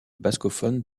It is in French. bascophone